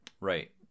right